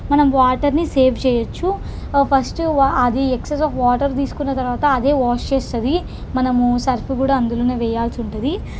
మనం వాటర్ని సేవ్ చేయవచ్చు ఫస్ట్ అది ఎక్సెస్ ఆఫ్ వాటర్ తీసుకున్న తర్వాత అదే వాష్ చేస్తుంది మనము సర్ఫ్ కూడా అందులో వేయాల్సి ఉంటుంది